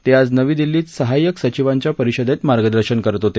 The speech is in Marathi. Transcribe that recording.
ते आज नवी दिल्लीत सहाय्यक सचिवांच्या परिषदेत मार्गदर्शन करत होते